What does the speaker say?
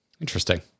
Interesting